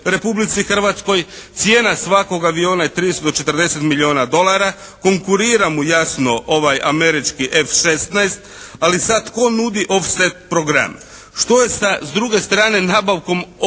Hrvatskoj. Cijena svakog aviona je 30 do 40 milijuna dolara. Konkurira mu jasno američki F-16. Ali, sad tko nudi offset program? Što je sad s druge strane nabavkom oklopnjaka?